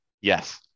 Yes